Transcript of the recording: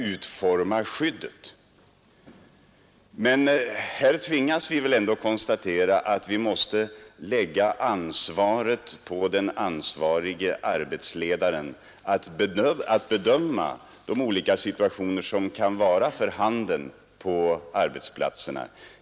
Här tvingas vi ändå konstatera att vi måste låta de ansvariga arbetsledarna bedöma de olika situationer som kan vara för handen på arbetsplatserna.